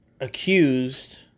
accused